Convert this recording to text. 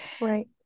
Right